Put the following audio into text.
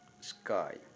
Sky